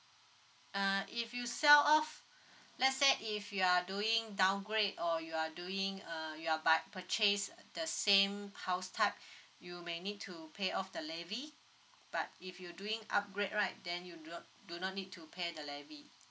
uh if you sell off let say if you are doing downgrade or you are doing uh you're about to purchase the same house type you may need to pay off the levy but if you doing upgrade right then you do not do not need to pay the levy